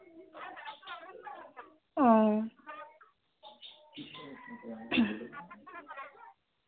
ও